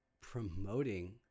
promoting